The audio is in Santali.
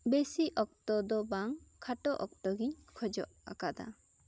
ᱵᱮᱥᱤ ᱚᱠᱛᱚ ᱫᱚ ᱵᱟᱝ ᱠᱷᱟᱴᱚ ᱚᱠᱛᱚ ᱜᱤᱧ ᱠᱷᱚᱡᱚᱜ ᱟᱠᱟᱫᱟ